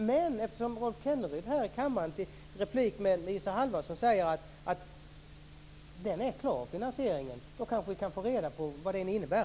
Men eftersom Rolf Kenneryd här i kammaren i replik till Isa Halvarsson säger att finansieringen är klar så kanske vi kan få reda på vad den innebär.